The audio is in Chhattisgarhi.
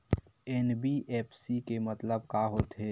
एन.बी.एफ.सी के मतलब का होथे?